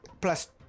Plus